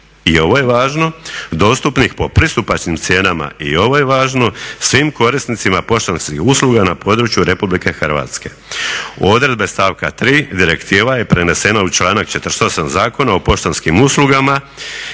i ovo je važno, dostupnih po pristupačnim cijenama, i ovo je važno, svim korisnicima poštanskih usluga na području RH. Odredbe stavka 3., direktiva je prenesena u članak 48. Zakona o poštanskim uslugama